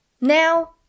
Now